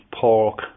pork